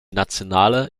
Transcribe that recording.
nationale